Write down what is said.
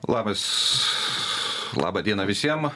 labas laba diena visiem